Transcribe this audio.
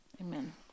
Amen